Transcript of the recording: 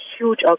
huge